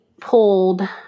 pulled